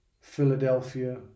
Philadelphia